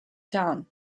town